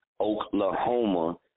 Oklahoma